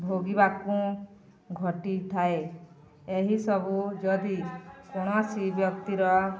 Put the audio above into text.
ଭୋଗିବାକୁ ଘଟିଥାଏ ଏହିସବୁ ଯଦି କୌଣସି ବ୍ୟକ୍ତିର